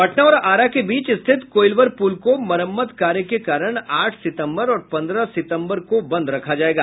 पटना और आरा के बीच स्थित कोइलवर पूल को मरम्मत कार्य के कारण आठ सितम्बर और पन्द्रह सितम्बर को बंद रखा जायेगा